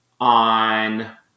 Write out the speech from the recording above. on